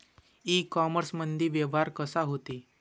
इ कामर्समंदी व्यवहार कसा होते?